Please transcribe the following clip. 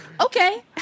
Okay